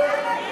למה אתם נגד?